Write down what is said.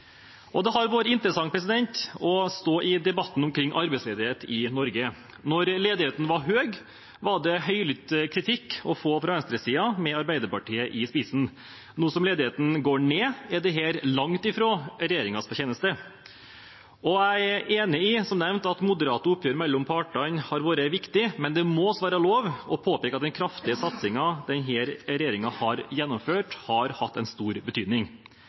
Det har vært interessant å stå i debatten omkring arbeidsledighet i Norge. Da ledigheten var høy, var det høylytt kritikk å få fra venstresiden, med Arbeiderpartiet i spissen. Nå som ledigheten går ned, er dette langt fra regjeringens fortjeneste. Jeg er som nevnt enig i at moderate oppgjør mellom partene har vært viktig, men det må også være lov å påpeke at den kraftige satsingen denne regjeringen har gjennomført, har hatt en stor betydning.